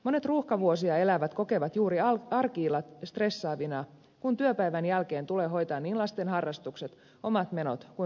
monet ruuhkavuosia elävät kokevat juuri arki illat stressaavina kun työpäivän jälkeen tulee hoitaa niin lasten harrastukset omat menot kuin ruokaostoksetkin